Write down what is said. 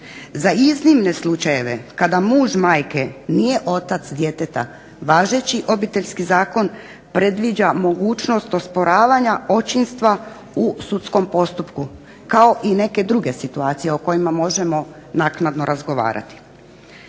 Za iznimne slučajeve kada muž majke nije otac djeteta važeći obiteljski zakon predviđa mogućnost osporavanja očinstva u sudskom postupku kao i neke druge situacije o kojima možemo naknadno razgovarati.